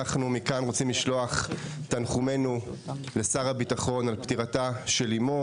אנחנו רוצים לשלוח מכאן את תנחומינו לשר הביטחון על פטירתה של אמו.